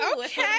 Okay